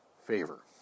favor